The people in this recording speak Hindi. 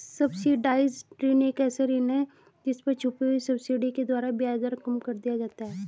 सब्सिडाइज्ड ऋण एक ऐसा ऋण है जिस पर छुपी हुई सब्सिडी के द्वारा ब्याज दर कम कर दिया जाता है